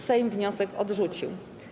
Sejm wniosek odrzucił.